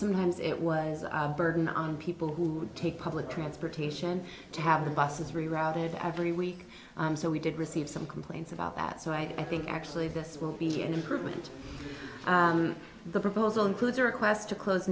sometimes it was a burden on people who take public transportation to have the buses rerouted every week so we did receive some complaints about that so i think actually this will be an improvement the proposal includes a request to close